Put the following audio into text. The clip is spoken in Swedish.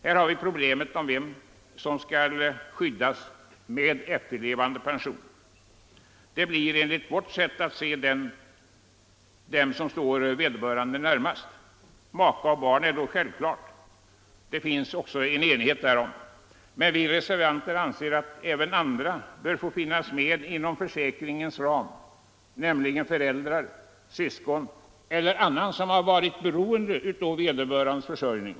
Här har vi problemet om vem som skall skyddas med efterlevandepension. Det blir enligt vårt sätt att se de som står vederbörande närmast. Maka och barn är då självklara. Härom råder det också enighet. Men vi reservanter anser att även andra bör få finnas med inom försäkringens ram, nämligen föräldrar, syskon eller annan som varit beroende av vederbörandes försörjning.